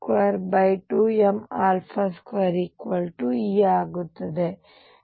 ಮತ್ತು 22m2E ಆಗುತ್ತದೆ